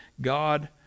God